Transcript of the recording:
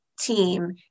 team